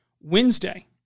Wednesday